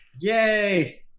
Yay